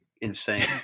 insane